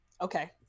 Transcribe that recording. Okay